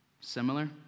similar